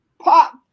pop